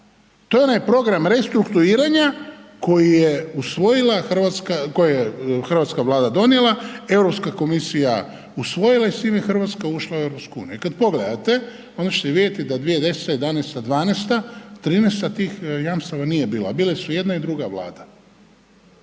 to je onaj program restrukturiranja koji je hrvatska Vlada donijela, Europska komisija usvojila i s tim je Hrvatska ušla u EU. I kad pogledate, onda ćete vidjeti da 2010., 2011., 2012., 2013., tih jamstava nije bilo a bile su i jedna i druga Vlada.